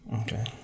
Okay